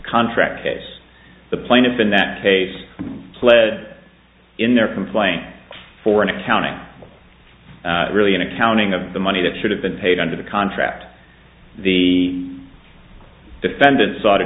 contract case the plaintiff in that case pled in their complaint for an accounting really an accounting of the money that should have been paid under the contract the defendant sought a